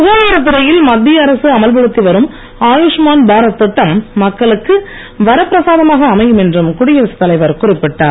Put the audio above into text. சுகாதாரத் துறையில் மத்திய அரசு அமல்படுத்தி வரும் ஆயுஷ்மான் பாரத் திட்டம் மக்களுக்கு வரப்பிரசாதமாக அமையும் என்றும் குடியரசு தலைவர் குறிப்பிட்டார்